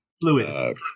fluid